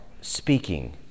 speaking